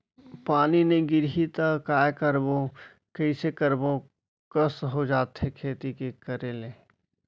पानी नई गिरही त काय करबो, कइसे करबो कस हो जाथे खेती के करे ले